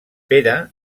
pere